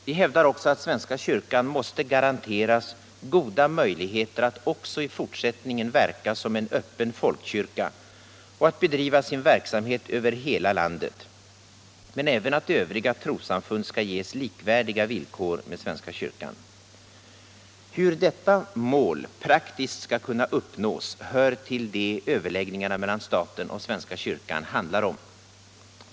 Vi hävdar vidare att svenska kyrkan måste garanteras goda möjligheter att också i fortsättningen verka som en öppen folkkyrka och att bedriva sin verksamhet över hela landet men även att övriga trossamfund skall ges likvärdiga villkor med svenska kyrkan. Hur detta mål praktiskt skall kunna uppnås hör till det som överläggningarna mellan staten och svenska kyrkan handlar om.